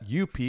UP